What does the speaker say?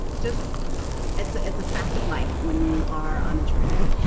just it's ah it's a fact of life when you are on a trail.